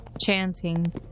chanting